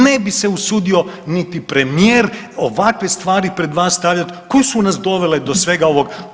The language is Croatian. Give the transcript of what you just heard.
Ne bi se usudio niti premijer ovakve stvari pred vas stavljati koje su nas dovele do svega ovog.